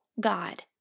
god